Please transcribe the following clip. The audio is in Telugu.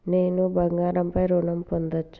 నేను బంగారం పై ఋణం పొందచ్చా?